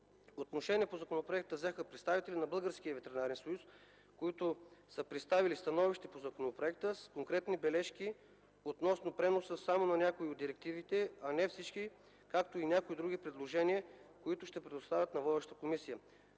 Отношение по законопроектите взеха: представителите на Българския ветеринарен съюз, които са представили становище по законопроекта с конкретни бележки относно преноса само на някои от директивите, а не всички, както и някои други предложения, които ще предоставят на водещата комисия.